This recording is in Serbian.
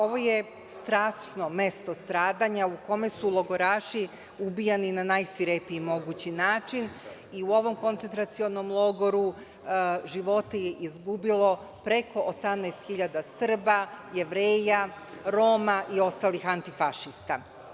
Ovo je strašno mesto stradanja u kome su logoraši ubijani na najsvirepiji mogući način i u ovom koncentracionom logoru život je izgubilo preko 18 hiljada Srba, Jevreja, Roma i ostalih antifašista.